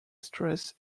stress